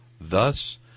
Thus